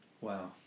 Wow